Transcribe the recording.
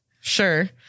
Sure